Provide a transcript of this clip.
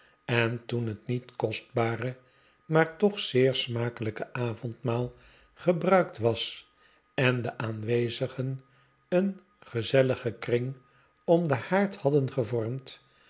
en toen het niet kostbare maar toch zeer smakelijke avondmaal gebruikt was en de aanwezigen een gezelligen kring om den haard hadden gevormd